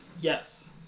Yes